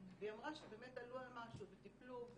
והיא אמרה שבאמת עלו על משהו וטיפלו.